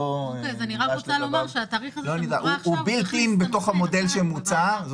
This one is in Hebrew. מה שלנו חשוב, וזה נאמר גם בדיון הקודם, זה